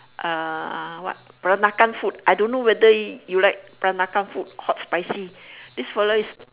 ah what peranakan food I don't know whether you like peranakan food hot spicy this fella is